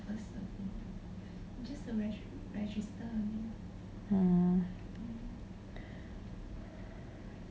um